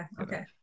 Okay